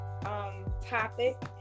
topic